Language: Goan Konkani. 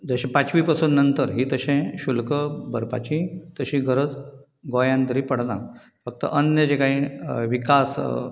जशी पांचवी पासून नंतर ही तशें शुल्क भरपाची तशी गरज गोंयांत तरी पडना फक्त अन्य जें कांय विकास